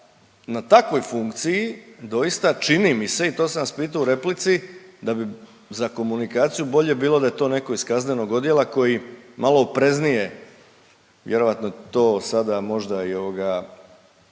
na takvoj funkciji, doista, čini mi se i to sam vas pitao u replici, da bi za komunikaciju bolje bilo da je to netko iz kaznenog odjela koji malo opreznije vjerojatno to sada možda i ovoga,